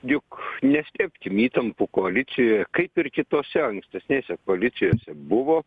juk neslėpkim įtampų koalicijoje kaip ir kitose ankstesnėse koalicijose buvo